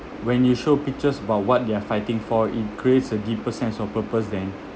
when you show pictures about what they're fighting for it creates a deeper sense of purpose than